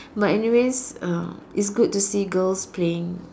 but anyways uh it's good to see girls playing